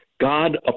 God